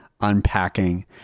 unpacking